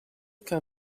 can